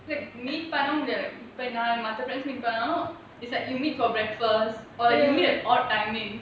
like நீ பண்ண முடியாது இப்போ மத்த:nee panna mudiyaathu ippo matha is like you meet for breakfast or like you meet at odd timing